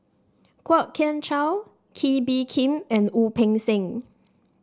Kwok Kian Chow Kee Bee Khim and Wu Peng Seng